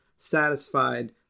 satisfied